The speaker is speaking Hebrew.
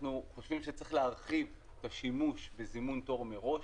אנחנו חושבים שצריך להרחיב את השימוש בזימון תור מראש,